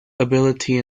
ability